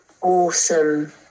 awesome